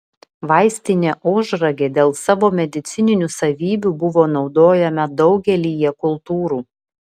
vaistinė ožragė dėl savo medicininių savybių buvo naudojama daugelyje kultūrų